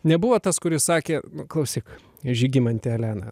nebuvo tas kuris sakė klausyk žygimante elena